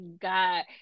god